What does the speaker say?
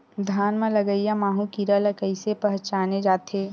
धान म लगईया माहु कीरा ल कइसे पहचाने जाथे?